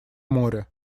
море